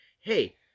Hey